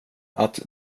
att